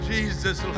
Jesus